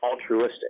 altruistic